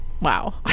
Wow